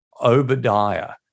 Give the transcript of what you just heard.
Obadiah